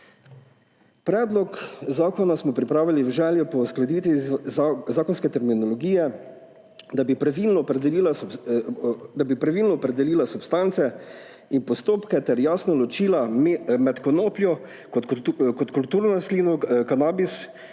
Predlog zakona smo pripravili v želji po uskladitvi zakonske terminologije, da bi pravilno opredelila substance in postopke ter jasno ločila konopljo kot kulturno rastlino ter kanabis,